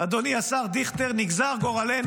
אדוני השר דיכטר, נגזר גורלנו.